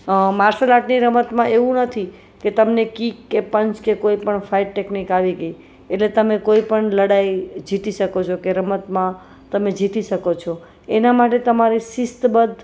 marshal આર્ટની રમતમાં એવું નથી કે તમને કિક કે પંચ કે કોઈ પણ ફાઇટ ટેકનિક આવડી ગઈ એટલે તમે કોઈ પણ લડાઈ જીતી શકો છો કે રમતમાં તમે જીતી શકો છો એના માટે તમારે શિસ્તબદ્ધ